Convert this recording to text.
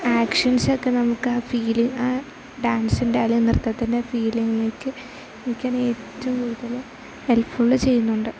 ആക്ഷൻസൊക്കെ നമുക്ക് ആ ഫീലിങ് ആ ഡാൻസിൻ്റെ അല്ലേ നൃത്തത്തിൻ്റെ ഫീലിങ്ങിലേക്ക് എനിക്കാണെങ്കിൽ ഏറ്റവും കൂടുതൽ ഹെൽപ്ഫുള് ചെ യ്യുന്നുണ്ട്